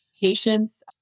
Patients